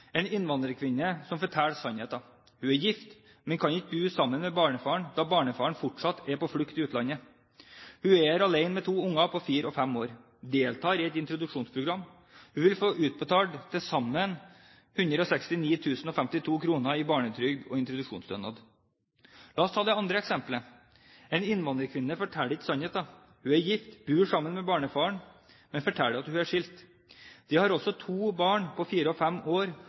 en innvandrerkvinne som forteller sannheten. Hun er gift, men kan ikke bo sammen med barnefaren, da barnefaren fortsatt er på flukt i utlandet. Hun er alene med to unger på fire og fem år, deltar i et introduksjonsprogram. Hun vil få utbetalt til sammen 169 052 kr i barnetrygd og introduksjonsstønad. La oss ta det andre eksempelet: En innvandrerkvinne forteller ikke sannheten. Hun er gift, bor sammen med barnefaren, men forteller at hun er skilt. De har også to barn på fire og fem år,